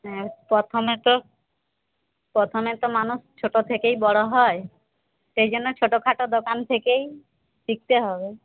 হ্যাঁ প্রথমে তো প্রথমে তো মানুষ ছোট থেকেই বড় হয় সেইজন্য ছোটখাটো দোকান থেকেই শিখতে হবে